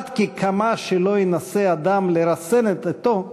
עד כי כמה שלא ינסה אדם לרסן את עטו,